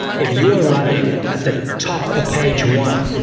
if you are running at the top of page one,